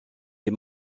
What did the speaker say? les